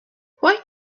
why